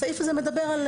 הסעיף הזה מדבר על